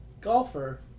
golfer